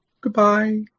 Goodbye